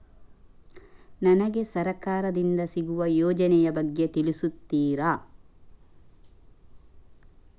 ನನಗೆ ಸರ್ಕಾರ ದಿಂದ ಸಿಗುವ ಯೋಜನೆ ಯ ಬಗ್ಗೆ ತಿಳಿಸುತ್ತೀರಾ?